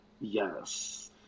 Yes